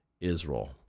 Israel